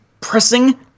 pressing